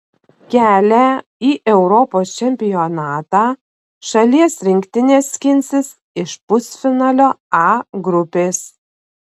kelią į europos čempionatą šalies rinktinė skinsis iš pusfinalio a grupės